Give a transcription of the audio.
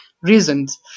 reasons